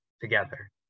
together